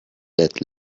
let